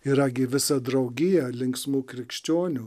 yra gi visa draugija linksmų krikščionių